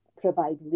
provide